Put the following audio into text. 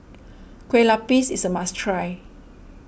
Kueh Lupis is a must try